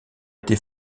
été